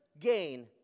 gain